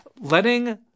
Letting